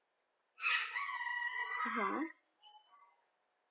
mmhmm